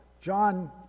John